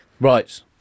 Right